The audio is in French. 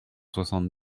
soixante